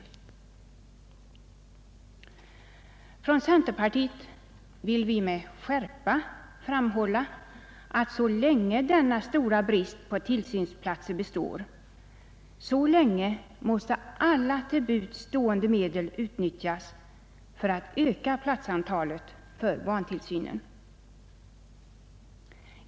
Från centerpartiet vill vi med skärpa framhålla att så länge denna stora brist på tillsynsplatser består, så länge måsta alla till buds stående medel utnyttjas för att öka platsantalet för barntillsynen.